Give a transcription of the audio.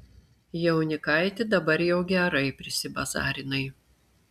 jaunikaiti dabar jau gerai prisibazarinai